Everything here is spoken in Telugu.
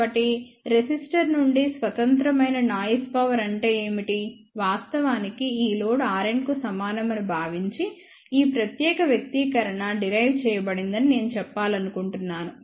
కాబట్టి రెసిస్టర్ నుండి స్వతంత్రమైన నాయిస్ పవర్ అంటే ఏమిటి వాస్తవానికి ఈ లోడ్ Rn కు సమానమని భావించి ఈ ప్రత్యేక వ్యక్తీకరణ డిరైవ్ చేయబడిందని నేను చెప్పాలనుకుంటున్నాను